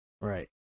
right